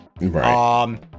Right